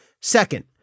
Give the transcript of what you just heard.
Second